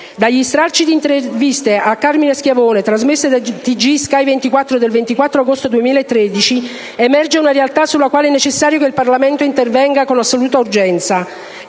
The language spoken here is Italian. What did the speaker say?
Dagli stralci di interviste a Carmine Schiavone, trasmesse da Sky TG24 del 24 agosto 2013 emerge una realtà sulla quale è necessario che il Parlamento intervenga con assoluta urgenza.